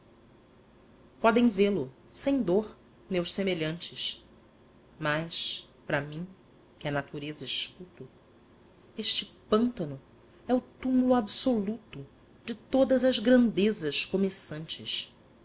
podem vê-lo sem dor meus semelhantes mas para mim que a natureza escuto este pântano é o túmulo absoluto de todas as grandezas começantes